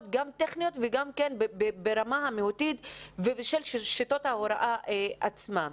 גם טכניות וגם ברמה המהותית בשל שיטות ההוראה עצמן.